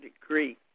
degree